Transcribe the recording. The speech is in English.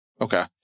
Okay